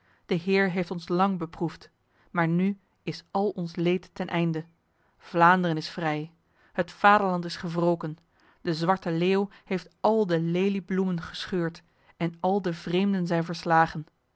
de heer heeft ons lang beproefd maar nu is al ons leed ten einde vlaanderen is vrij het vaderland is gewroken de zwarte leeuw heeft al de leliebloemen gescheurd en al de vreemden zijn verslagen